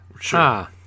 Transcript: sure